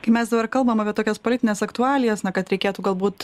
kai mes dabar kalbam apie tokias politines aktualijas na kad reikėtų galbūt